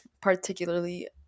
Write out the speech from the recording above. particularly